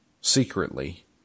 secretly